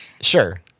Sure